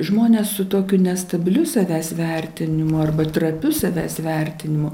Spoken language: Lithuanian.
žmonės su tokiu nestabiliu savęs vertinimu arba trapiu savęs vertinimu